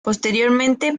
posteriormente